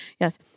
Yes